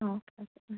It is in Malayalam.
ആ ഓക്കെ ഓക്കെ